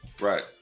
Right